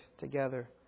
together